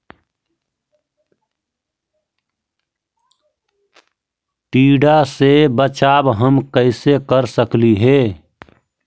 टीडा से बचाव हम कैसे कर सकली हे?